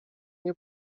nie